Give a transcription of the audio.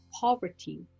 poverty